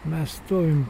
mes stovim